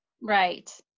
Right